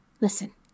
listen